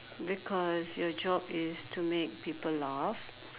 because your job is to make people laugh